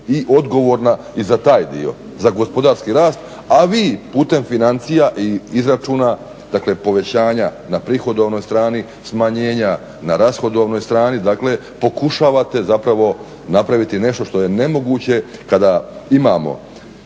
i odgovorna i za taj dio, za gospodarski rast. A vi putem financija i izračuna, dakle povećanja na prihodovnoj strani, smanjenja na rashodovnoj strani dakle pokušavate zapravo napraviti nešto što je nemoguće kada imamo